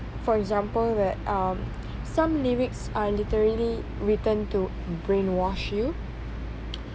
for example that um some lyrics are literally written to brainwash you